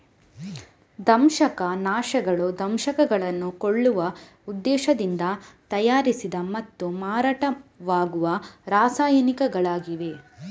ದಂಶಕ ನಾಶಕಗಳು ದಂಶಕಗಳನ್ನು ಕೊಲ್ಲುವ ಉದ್ದೇಶದಿಂದ ತಯಾರಿಸಿದ ಮತ್ತು ಮಾರಾಟವಾಗುವ ರಾಸಾಯನಿಕಗಳಾಗಿವೆ